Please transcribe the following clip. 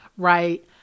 Right